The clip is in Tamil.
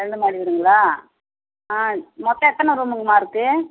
ரெண்டு மாடி வீடுங்களா ஆ மொத்தம் எத்தனை ரூமுங்கம்மா இருக்குது